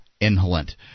inhalant